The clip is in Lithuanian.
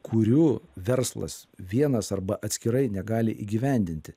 kurių verslas vienas arba atskirai negali įgyvendinti